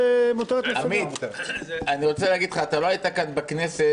לכן אני חושב שכמה שנתרחק מהתוכן,